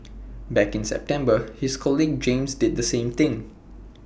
back in September his colleague James did the same thing